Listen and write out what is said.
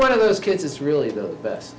one of those kids is really the best